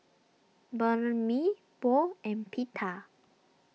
Banh Mi Pho and Pita